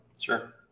Sure